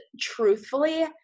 truthfully